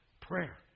Prayer